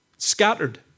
Scattered